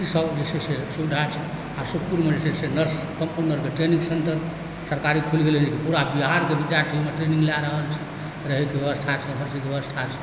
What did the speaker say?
ई सब जे छै से सुविधा छै आओर सुखपुरमे जे छै से नर्स सबकेँ ट्रेनिङ्ग सेन्टर सरकारी खुलि गेलै हँ पूरा बिहारके विद्यार्थी ओहिमे ट्रेनिङ्ग लए रहल छै रहयके व्यवस्था छै हर चीजके व्यवस्था छै